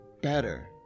better